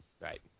Right